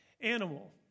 animal